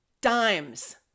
Dimes